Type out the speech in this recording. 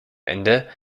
ende